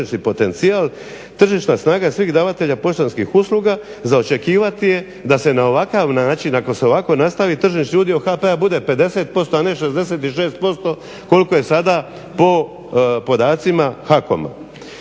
potencijal tržišna snaga svih davatelja poštanskih usluga za očekivati je da se na ovakav način ako se ovako nastavi tržišni udio HP-a bude 50%, a ne 66% koliko je sada po podacima HAKOM-a.